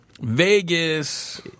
Vegas